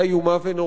בדרך הזאת,